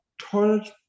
toilet